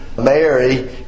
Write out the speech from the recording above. Mary